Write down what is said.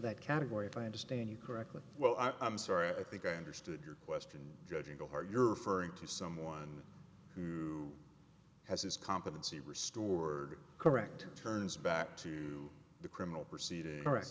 that category if i understand you correctly well i'm sorry i think i understood your question judging before you're referring to someone who has his competency restored correct turns back to the criminal proceeding